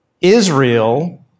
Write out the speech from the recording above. Israel